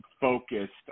focused